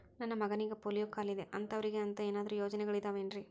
ನನ್ನ ಮಗನಿಗ ಪೋಲಿಯೋ ಕಾಲಿದೆ ಅಂತವರಿಗ ಅಂತ ಏನಾದರೂ ಯೋಜನೆಗಳಿದಾವೇನ್ರಿ?